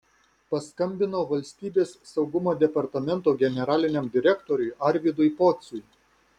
paskambinau valstybės saugumo departamento generaliniam direktoriui arvydui pociui